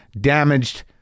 Damaged